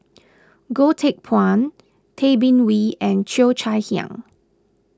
Goh Teck Phuan Tay Bin Wee and Cheo Chai Hiang